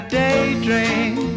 daydream